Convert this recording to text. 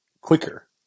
quicker